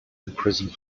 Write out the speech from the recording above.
imprisoned